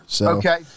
Okay